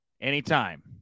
anytime